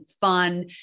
fun